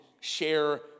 share